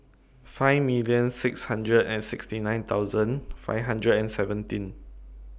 five million six hundred and sixty nine thousand five hundred and seventeen